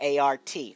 ART